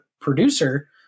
producer